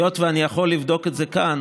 היות שאני יכול לבדוק את זה כאן,